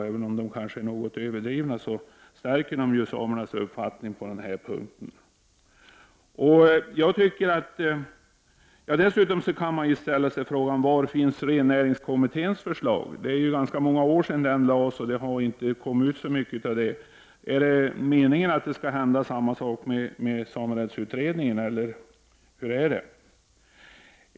Även om de kanske är något överdrivna, stärker de samernas uppfattning på denna punkt. Dessutom kan man fråga sig var rennäringskommitténs förslag finns. Det är ganska många år sedan det lades fram, och det har inte kommit ut så mycket av det. Är det meningen att samma sak skall hända med samerättsutredningen?